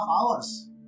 hours